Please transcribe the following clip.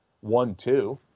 One-two